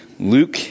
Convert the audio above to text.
Luke